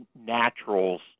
naturals